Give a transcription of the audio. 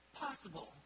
possible